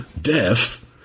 Deaf